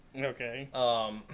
Okay